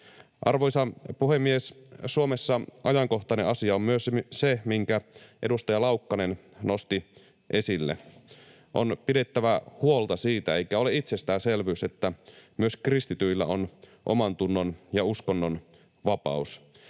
Arvoisa puhemies! Suomessa ajankohtainen asia on myös se, minkä edustaja Laukkanen nosti esille. On pidettävä huolta siitä, eikä ole itsestäänselvyys, että myös kristityillä on omantunnon- ja uskonnonvapaus.